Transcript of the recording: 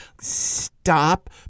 Stop